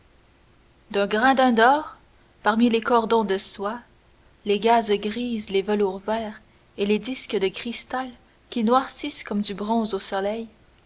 d'un gradin d'or parmi les cordons de soie les gazes grises les velours verts et les disques de cristal qui noircissent comme du bronze au soleil